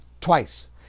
twice